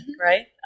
right